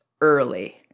early